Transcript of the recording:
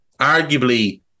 arguably